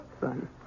Son